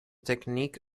technique